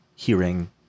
hearing